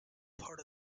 part